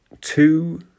two